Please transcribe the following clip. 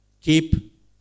Keep